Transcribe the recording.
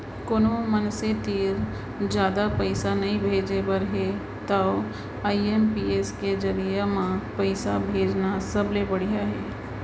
कोनो मनसे तीर जादा पइसा नइ भेजे बर हे तव आई.एम.पी.एस के जरिये म पइसा भेजना सबले बड़िहा हे